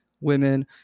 women